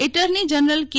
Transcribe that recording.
attorney general કે